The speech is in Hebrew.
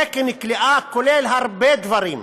תקן כליאה כולל הרבה דברים,